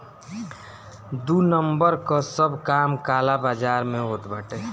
दू नंबर कअ सब काम काला बाजार में होत बाटे